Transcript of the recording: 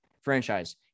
franchise